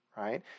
right